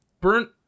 Burnt